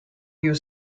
you